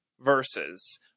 verses